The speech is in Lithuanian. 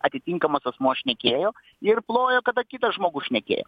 atitinkamas asmuo šnekėjo ir plojo kada kitas žmogus šnekėjo